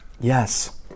Yes